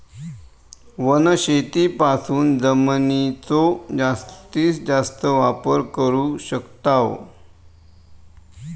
वनशेतीपासून जमिनीचो जास्तीस जास्त वापर करू शकताव